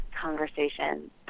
conversation